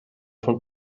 von